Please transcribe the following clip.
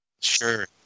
Sure